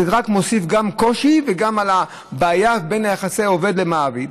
זה רק מוסיף קושי, גם בבעיה של יחסי עובד ומעביד.